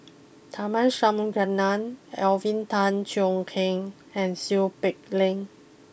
Tharman Shanmugaratnam Alvin Tan Cheong Kheng and Seow Peck Leng